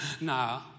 nah